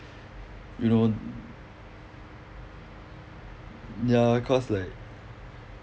you know ya cause like